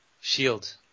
Shield